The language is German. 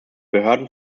behörden